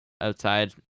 outside